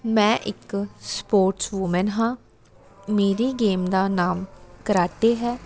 ਮੈਂ ਇੱਕ sports woman ਹਾਂ ਮੇਰੀ ਗੇਮ ਦਾ ਨਾਮ ਕਰਾਟੇ ਹੈ